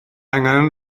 angen